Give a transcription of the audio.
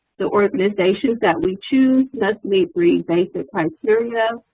the organizations that we choose must meet three basic criteria.